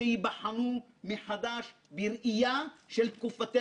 לא רק בעולם הבנקאות ושוק ההון אלא בכלל,